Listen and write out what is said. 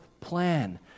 plan